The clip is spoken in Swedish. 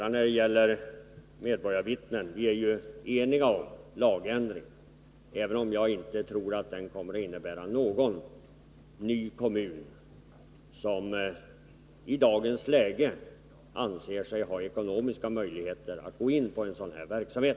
När det gäller medborgarvittnena är vi eniga om en lagändring, även om jaginte tror att den kommer att innebära att någon ny kommun anser sig ha ekonomiska möjligheter att i dagens läge starta en sådan här verksamhet.